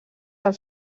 del